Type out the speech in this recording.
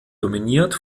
dominiert